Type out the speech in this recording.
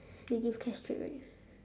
they give cash straight right